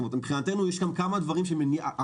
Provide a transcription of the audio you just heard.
מבחינתנו יש שם כמה דברים של מניעה.